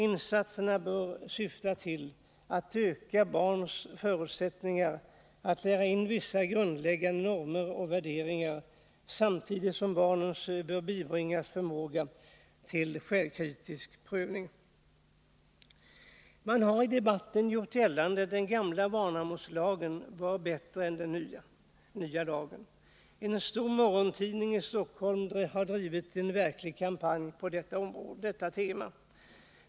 Insatserna bör syfta till att öka barns förutsättningar att lära in vissa grundläggande normer och värderingar, samtidigt som barnen bör bibringas förmåga till kritisk prövning. Man hari debatten gjort gällande att den gamla barnavårdslagen var bättre än den nya lagen. En stor morgontidning i Stockholm har drivit en verklig kampanj på det temat.